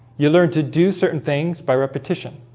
you learn to do certain things by repetition